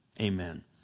amen